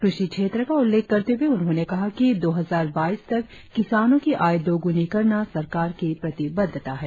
कृषि क्षेत्र का उल्लेख करते हुए उन्होंने कहा कि दो हजार बाइस तक किसानों की आय दोगुनी करना सरकार की प्रतिबद्धता है